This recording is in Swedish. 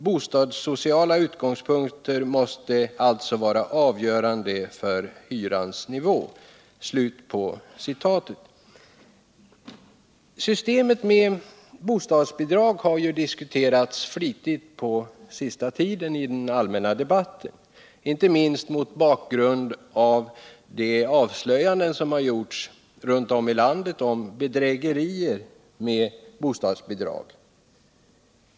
Bostadssociala utgångspunkter måste alltså vara avgörande för hyrans nivå.” Systemet med bostadsbidrag har diskuterats flitigt på den senaste tiden i den allmänna debatten, inte minst mot bakgrund av de avslöjanden som har gjorts runt om i landet om bedrägerier med bostadsbidrag.